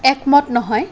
একমত নহয়